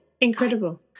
Incredible